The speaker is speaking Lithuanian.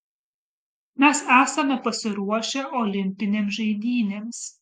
mes esame pasiruošę olimpinėms žaidynėms